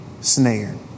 snared